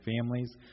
families